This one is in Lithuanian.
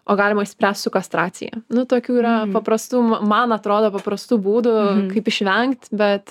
o galima išspręst su kastracija nu tokių yra paprastų man atrodo paprastų būdų kaip išvengt bet